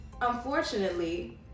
unfortunately